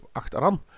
achteraan